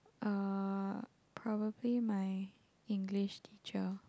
uh probably my English teacher